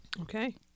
Okay